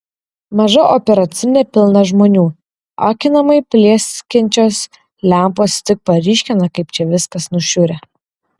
maža operacinė pilna žmonių akinamai plieskiančios lempos tik paryškina kaip čia viskas nušiurę